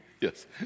Yes